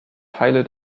teile